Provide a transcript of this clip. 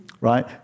Right